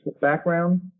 background